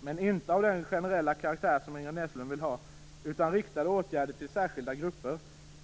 Men det handlar då inte om den generella karaktär som Ingrid Näslund vill ha, utan det handlar om riktade åtgärder till särskilda grupper.